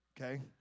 okay